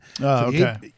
Okay